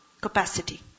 capacity